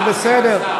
זה בסדר.